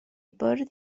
bwrdd